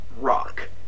rock